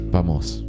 Vamos